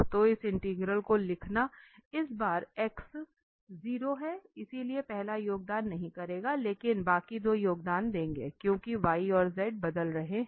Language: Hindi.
तो इस इंटीग्रल को लिखना इस बार x 0 है इसलिए पहला योगदान नहीं करेगा लेकिन बाकी दो योगदान देंगे क्योंकि y और z बदल रहे हैं